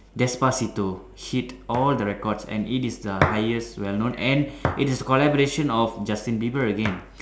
despacito hit all the records and it is the highest well known and it is collaboration of Justin Bieber again